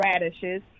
radishes